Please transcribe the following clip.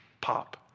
pop